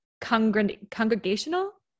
congregational